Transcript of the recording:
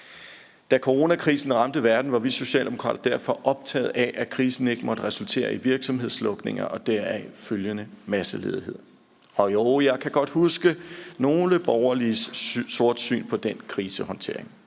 Da coronakrisen ramte verden, var vi Socialdemokrater derfor optaget af, at krisen ikke måtte resultere i virksomhedslukninger og deraf følgende masseledighed. Og jo, jeg kan godt huske nogle borgerliges sortsyn på den krisehåndtering.